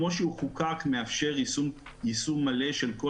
כמו שהוא חוקק מאפשר יישום מלא של כל